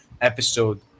episode